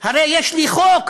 הרי יש לי חוק,